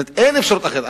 זאת אומרת, אין אפשרות אחרת.